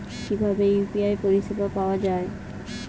কিভাবে ইউ.পি.আই পরিসেবা পাওয়া য়ায়?